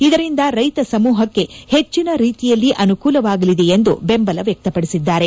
ಇದರಿಂದ ರೈತ ಸಮೂಹಕ್ಕೆ ಹೆಚ್ಚಿನ ರೀತಿಯಲ್ಲಿ ಅನುಕೂಲವಾಗಲಿದೆ ಎಂದು ಬೆಂಬಲ ವ್ಯಕ್ತಪಡಿಸಿದ್ದಾರೆ